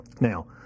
Now